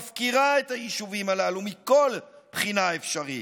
מפקירה את היישובים הללו מכל בחינה אפשרית.